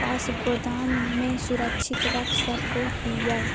पास गोदाम में सुरक्षित रख सको हीयय?